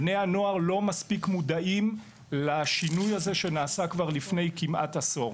בני הנוער לא מספיק מודעים לשינוי הזה שנעשה כבר לפני כמעט עשור.